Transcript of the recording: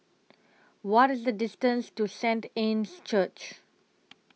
What IS The distance to Saint Anne's Church